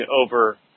over